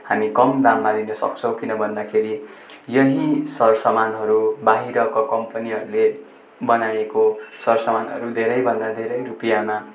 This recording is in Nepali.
हामी कम दाममा दिन सक्छौँ किन भन्दाखेरि यही सरसामानहरू बाहिरको कम्पनीहरूले बनाएको सामानहरू धेरैभन्दा धेरै रुपियाँमा